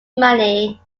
money